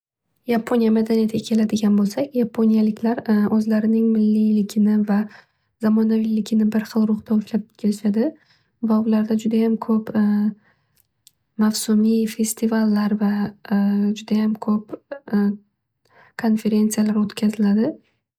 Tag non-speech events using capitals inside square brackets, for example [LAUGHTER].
Yaponiaya madaniyatiga keladigan bo'lsak. Yaponiyaliklar [HESITATION] o'zlarining milliyligini va zamonaviyligini bir xil ruhda ushlab kelishadi va ularda judayam ko'p [HESITATION] mavsumiy festevallar va [HESITATION] judayam ko'p [HESITATION] konferensiyalar o'tkaziladi.